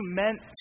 meant